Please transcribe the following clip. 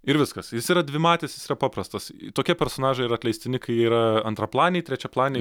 ir viskas jis yra dvimatis jis yra paprastas tokie personažai yra atleistini kai jie yra antraplaniai trečiaplaniai